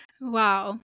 Wow